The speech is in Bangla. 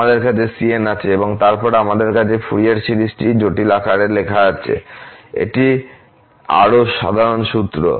আমাদের কাছে cn আছে এবং তারপরে আমাদের কাছে ফুরিয়ার সিরিজটি জটিল আকারে লেখা আছে এটি আরও সাধারণ সূত্র